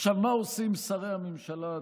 אדוני היושב-ראש, מה עושים שרי הממשלה?